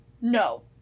No